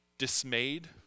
dismayed